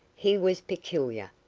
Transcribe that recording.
he was peculiar,